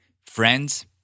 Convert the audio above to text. friends